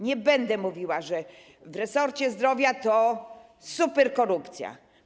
Nie będę mówiła, że w resorcie zdrowia to super korupcja.